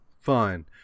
fine